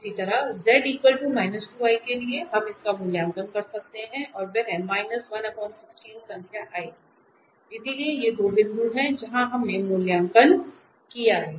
इसी तरह z 2 i के लिए हम इसका मूल्यांकन कर सकते हैं और वह संख्या आएगी इसलिए ये दो बिंदु हैं जहां हमने मूल्यांकन किया है